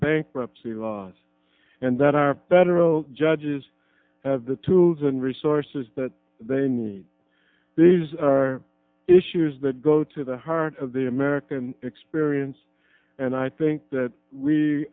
bankruptcy laws and that our federal judges have the tools and resources that they need these are issues that go to the heart of the american experience and i think that we